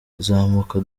zamuka